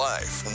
Life